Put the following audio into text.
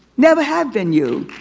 never have been you,